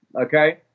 okay